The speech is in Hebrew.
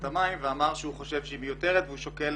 המים ואמר שהוא חושב שהיא מיותרת והוא שוקל